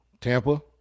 Tampa